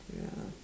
ya